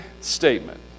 statement